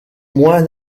moins